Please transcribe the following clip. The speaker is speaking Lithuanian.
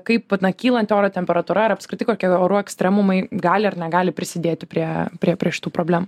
kaip putna kylanti oro temperatūra ar apskritai kokia orų ekstremumai gali ar negali prisidėti prie prie prie šitų problemų